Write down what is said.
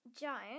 giant